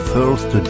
First